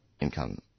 income